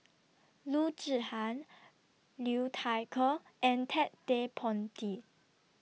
Loo Zihan Liu Thai Ker and Ted De Ponti